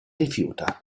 rifiuta